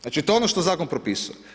Znači to je ono što Zakon propisuje.